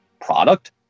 product